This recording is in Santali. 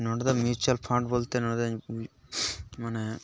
ᱱᱚᱰᱮᱫᱚ ᱢᱤᱣᱪᱩᱣᱟᱞ ᱯᱷᱟᱱᱰ ᱵᱚᱞᱛᱮ ᱱᱚᱰᱮᱫᱚ ᱢᱟᱱᱮ